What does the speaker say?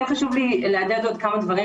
כן חשוב לי להדהד עוד כמה דברים,